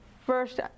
First